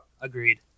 Agreed